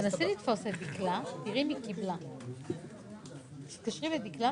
תמיכות ותרומות); עיקר הכנסתו בשנת המס 2020